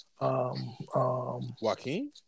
Joaquin